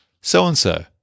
so-and-so